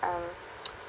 um